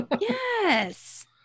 Yes